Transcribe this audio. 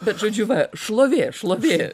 bet žodžiu va šlovė šlovė